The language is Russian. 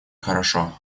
хорошо